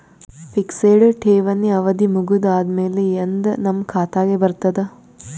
Fixed ಠೇವಣಿ ಅವಧಿ ಮುಗದ ಆದಮೇಲೆ ಎಂದ ನಮ್ಮ ಖಾತೆಗೆ ಬರತದ?